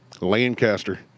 Lancaster